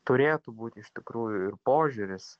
turėtų būt iš tikrųjų ir požiūris